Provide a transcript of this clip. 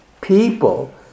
people